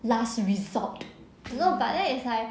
last resort you know but then it's like